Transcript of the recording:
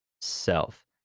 self